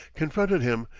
confronted him,